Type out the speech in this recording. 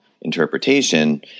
interpretation